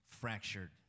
fractured